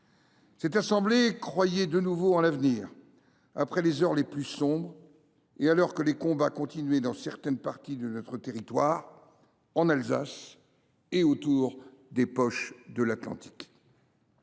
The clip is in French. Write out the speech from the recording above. Cette assemblée croyait de nouveau en l’avenir, après les heures les plus sombres, et alors que les combats continuaient dans certaines parties de notre territoire, en Alsace et autour des poches de l’Atlantique.